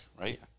right